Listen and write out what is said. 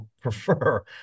prefer